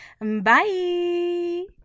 Bye